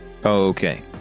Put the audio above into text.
Okay